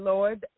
Lord